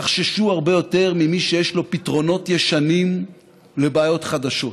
תחששו הרבה יותר ממי שיש לו פתרונות ישנים לבעיות חדשות.